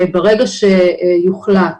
ברגע שיוחלט